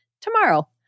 tomorrow